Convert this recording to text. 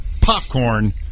popcorn